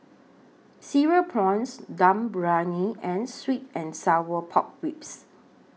Cereal Prawns Dum Briyani and Sweet and Sour Pork Ribs